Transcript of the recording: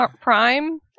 Prime